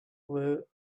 woot